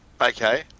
Okay